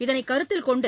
இதனைக் கருத்தில் கொண்டு